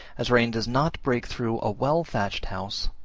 as rain does not break through a well-thatched house,